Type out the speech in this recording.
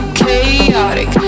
chaotic